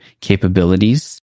capabilities